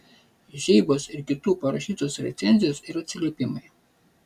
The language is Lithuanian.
žeibos ir kitų parašytos recenzijos ir atsiliepimai